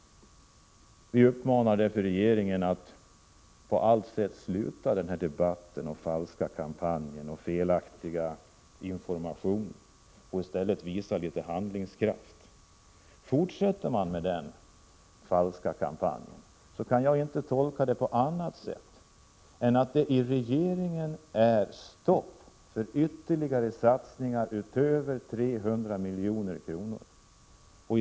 Vi uppmanar därför regeringen att sluta med den falska kampanjen och felaktiga informationen och i stället visa litet handlingskraft. Fortsätter den falska kampanjen, kan jag inte tolka det på annat sätt än att det i regeringen är stopp för ytterligare satsningar utöver 300 milj.kr.